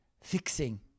fixing